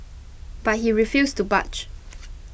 but he refused to budge